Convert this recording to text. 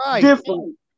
different